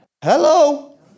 Hello